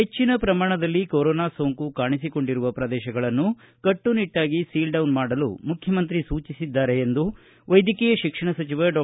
ಹೆಚ್ಚಿನ ಪ್ರಮಾಣದಲ್ಲಿ ಕೊರೋನಾ ಸೋಂಕು ಕಾಣಿಸಿಕೊಂಡಿರುವ ಪ್ರದೇಶಗಳನ್ನು ಕಟ್ಟುನಿಟ್ಟಾಗಿ ಸೀಲ್ಡೌನ್ ಮಾಡಲು ಮುಖ್ಯಮಂತ್ರಿ ಸೂಚಿಸಿದ್ದಾರೆ ಎಂದು ವೈದ್ಯಕೀಯ ಶಿಕ್ಷಣ ಸಚಿವ ಡಾ